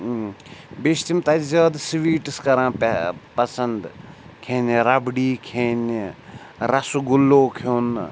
بیٚیہِ چھِ تِم تَتہِ زیادٕ سٕویٖٹٕس کَران پَسنٛد کھیٚنہِ رَبڈی کھیٚنہِ رَسہٕ گُلو کھیوٚن